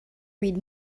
read